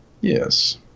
yes